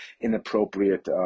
inappropriate